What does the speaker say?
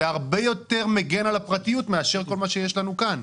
זה הרבה יותר מגן על הפרטיות מאשר כל מה שיש לנו כאן.